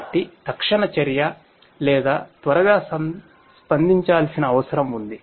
కాబట్టి తక్షణ చర్య లేదా త్వరగా స్పందించాల్సిన అవసరం ఉంది